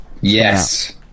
Yes